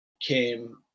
came